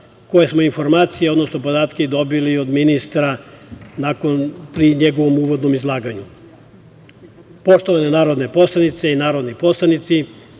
a te informacije i podatke smo dobili od ministra u njegovom uvodnom izlaganju. Poštovane narodne poslanice i narodni poslanici,